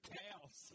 cows